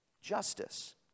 justice